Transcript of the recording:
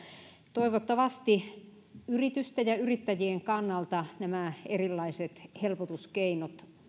toivottavasti yritysten ja yrittäjien kannalta nämä erilaiset helpotuskeinot